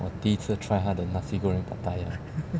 我第一次 try 他的 nasi goreng pattaya